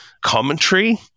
commentary